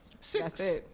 Six